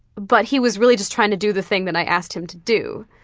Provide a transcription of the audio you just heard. but he was really just trying to do the thing that i asked him to do,